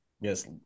Yes